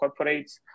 corporates